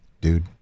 dude